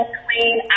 clean